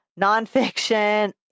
nonfiction